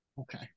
okay